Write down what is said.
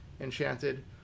enchanted